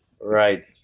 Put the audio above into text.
Right